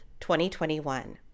2021